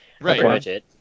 Right